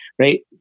Right